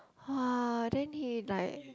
!wah! then he like